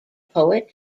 poet